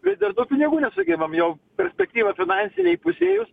ir dar tų pinigų nesugebam jau perspektyva finansinė įpusėjus